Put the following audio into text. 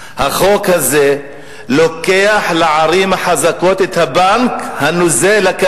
וחלה עלינו הגבלה על הבינוי בהקשרים האלה.